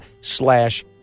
slash